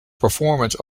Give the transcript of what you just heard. performance